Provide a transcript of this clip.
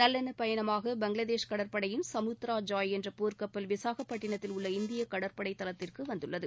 நல்லெண்ண பயணமாக பங்களாதேஷ் கடற்படையின் சமுத்திரா ஜாய் என்ற போர்க்கப்பல் விசாகப்பட்டினத்தில் உள்ள இந்திய கடற்படை தளத்திற்கு வந்துள்ளது